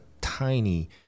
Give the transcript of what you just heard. tiny